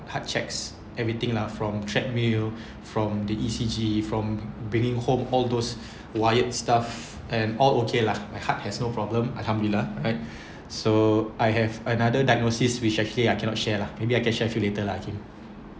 heart checks everything lah from treadmill from the E_C_G from bringing home all those wired stuff and all okay lah my heart has no problem alhamdulillah alright so I have another diagnoses which actually I cannot share lah maybe I can share with you later lah okay